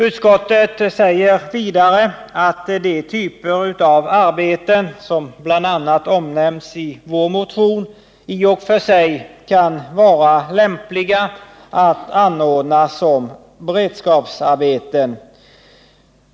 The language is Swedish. Utskottet säger vidare att de typer av arbeten som bl.a. omnämnts i vår motion i och för sig kan vara lämpliga att anordna som beredskapsarbeten.